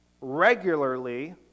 regularly